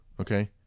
Okay